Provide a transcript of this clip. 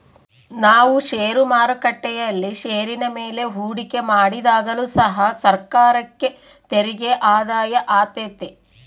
ನಾವು ಷೇರು ಮಾರುಕಟ್ಟೆಯಲ್ಲಿ ಷೇರಿನ ಮೇಲೆ ಹೂಡಿಕೆ ಮಾಡಿದಾಗಲು ಸಹ ಸರ್ಕಾರಕ್ಕೆ ತೆರಿಗೆ ಆದಾಯ ಆತೆತೆ